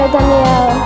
Daniel